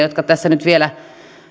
jotka tässä nyt vielä